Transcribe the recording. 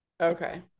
Okay